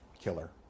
killer